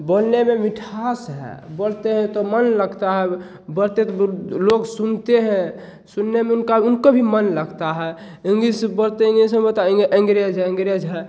बोलने में मिठास है बोलते हैं तो मन लगता है ब बोलते हैं तो ब लोग सुनते हैं सुनने में उनका उनको भी मन लगता है इंग्लिस बोलते हैं इंग्लिस में होता एंग्रेज़ है एंग्रेज़ है